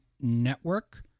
network